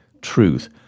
truth